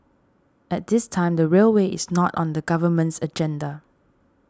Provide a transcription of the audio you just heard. at this time the railway is not on the government's agenda